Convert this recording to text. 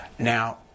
Now